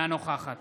אינה נוכחת